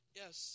yes